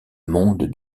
monde